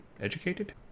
educated